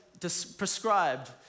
prescribed